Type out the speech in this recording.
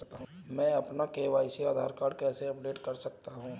मैं अपना e KYC Aadhaar card कैसे अपडेट कर सकता हूँ?